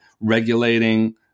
regulating